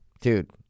dude